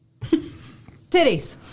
Titties